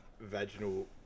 vaginal